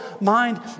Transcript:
mind